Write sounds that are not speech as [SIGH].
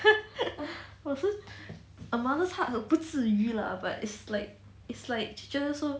[LAUGHS] 我这 a mother's hug 不至于 lah but it's like it's like 觉得说